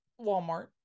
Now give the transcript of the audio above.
Walmart